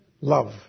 love